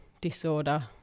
disorder